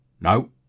No